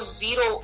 zero